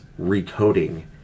recoding